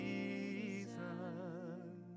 Jesus